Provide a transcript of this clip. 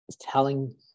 telling